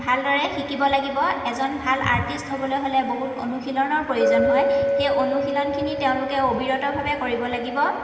ভালদৰে শিকিব লাগিব এজন ভাল আৰ্টিচ হ'বলৈ হ'লে বহুত অনুশীলনৰ প্ৰয়োজন হয় সেই অনুশীলনখিনি তেওঁলোকে অবিৰতভাৱে কৰিব লাগিব